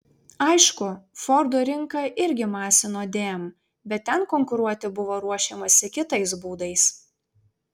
aišku fordo rinka irgi masino dm bet ten konkuruoti buvo ruošiamasi kitais būdais